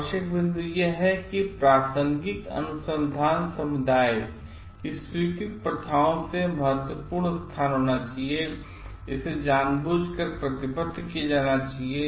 आवश्यक बिंदु यह है कि प्रासंगिक अनुसंधान समुदाय की स्वीकृत प्रथाओं से महत्वपूर्ण प्रस्थान होना चाहिए इसे जानबूझकर प्रतिबद्ध किया जाना चाहिए